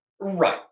right